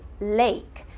lake